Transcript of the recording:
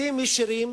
מסים ישירים,